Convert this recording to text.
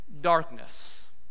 darkness